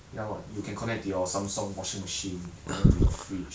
ya what you can connect to your Samsung washing machine can connect to your fridge